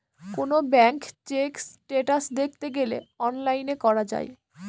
কোনো bank check status দেখতে গেলে অনলাইনে করা যায়